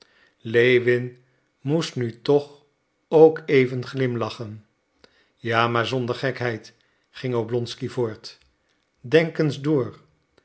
lewin moest nu toch ook even glimlachen ja maar zonder gekheid ging oblonsky voort denk eens door